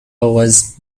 was